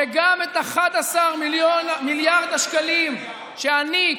וגם את 11 מיליארד השקלים שאני,